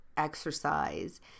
exercise